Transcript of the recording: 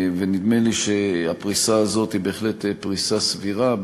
נדמה לי שהפריסה הזו היא בהחלט פריסה סבירה,